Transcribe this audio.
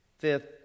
Fifth